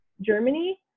Germany